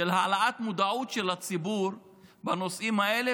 של העלאת מודעות של הציבור לנושאים האלה